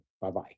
Bye-bye